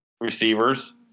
receivers